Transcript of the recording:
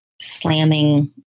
slamming